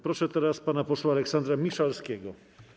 Proszę teraz pana posła Aleksandra Miszalskiego.